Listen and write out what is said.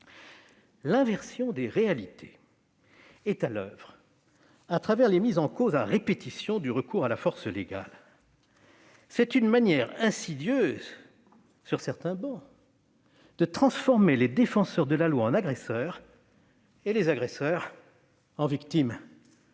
L'inversion des réalités est à l'oeuvre à travers les mises en cause à répétition du recours à la force légale. C'est une manière insidieuse, dans certaines travées, de transformer les défenseurs de la loi en agresseurs et les agresseurs en victimes.